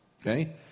Okay